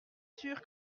sûr